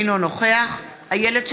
אינו נוכח איילת שקד,